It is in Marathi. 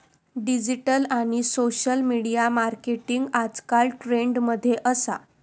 डिजिटल आणि सोशल मिडिया मार्केटिंग आजकल ट्रेंड मध्ये असा